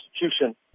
constitution